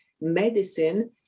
medicine